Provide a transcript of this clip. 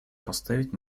поставить